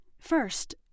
First